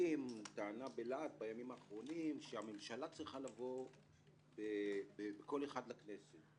המשפטים טענה בלהט בימים האחרונים שהממשלה צריכה לבוא בקול אחד לכנסת.